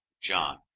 John